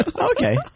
okay